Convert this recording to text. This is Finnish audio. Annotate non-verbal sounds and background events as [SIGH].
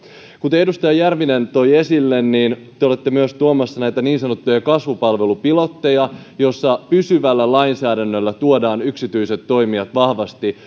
kuten edustaja järvinen toi esille te olette tuomassa myös näitä niin sanottuja kasvupalvelupilotteja joissa pysyvällä lainsäädännöllä tuodaan yksityiset toimijat vahvasti [UNINTELLIGIBLE]